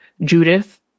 Judith